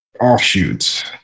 offshoots